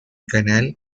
canal